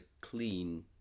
clean